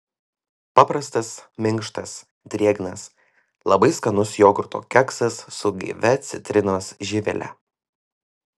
paprastas minkštas drėgnas labai skanus jogurto keksas su gaivia citrinos žievele